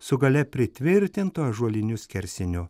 su gale pritvirtintu ąžuoliniu skersiniu